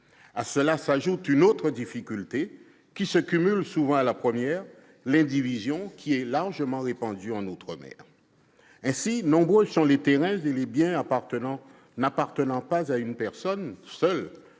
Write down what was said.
À cela s'ajoute une autre difficulté, qui se cumule souvent à la première : l'indivision, qui est largement répandue en outre-mer. Ainsi, nombreux sont les terrains et les biens qui appartiennent non pas à une personne seule,